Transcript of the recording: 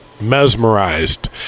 mesmerized